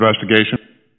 investigation